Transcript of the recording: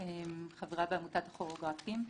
חברה בעמותת הכוריאוגרפים.